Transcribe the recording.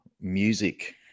music